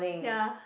ya